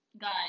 guys